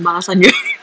balasan dia